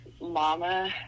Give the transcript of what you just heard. mama